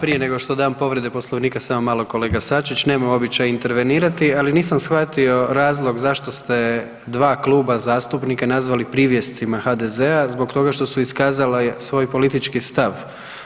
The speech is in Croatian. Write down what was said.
Prije nego što dam povrede Poslovnika, samo malo kolega Sačić, nemam običaj intervenirati, ali nisam shvatio razlog zašto ste dva kluba zastupnika nazvali „privjescima HDZ-a“ zbog toga što su iskazali svoj politički stav.